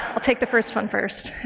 i'll take the first one first.